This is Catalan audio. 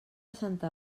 santa